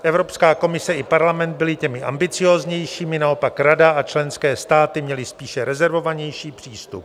Evropská komise i parlament byly těmi ambicióznějšími, naopak Rada a členské státy měly spíše rezervovanější přístup.